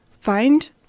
find